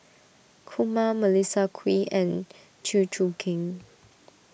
Kumar Melissa Kwee and Chew Choo Keng